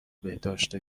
بهداشت